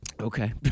Okay